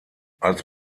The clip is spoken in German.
als